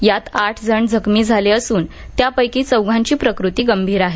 यात आठजण जखमी असून त्यापैकी चौघांची प्रकृती गंभीर आहे